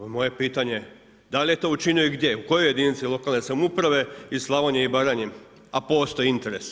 Ovo moje pitanje da li je to učinio i gdje, u kojoj jedinici lokalne samouprave iz Slavonije i Baranje, a postoji interes.